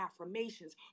affirmations